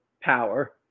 power